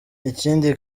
ikindi